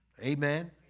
Amen